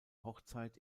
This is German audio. hochzeit